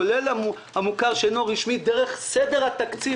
כולל המוכר שאינו רשמי דרך סדר התקציב